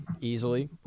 easily